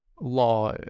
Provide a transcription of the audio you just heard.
law